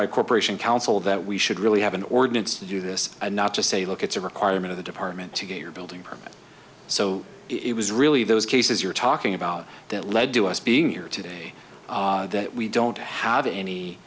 by corporation counsel that we should really have an ordinance to do this and not just say look it's a requirement of the department to get your building permit so it was really those cases you're talking about that led to us being here today that we don't have any